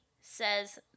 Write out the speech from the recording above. says